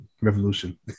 revolution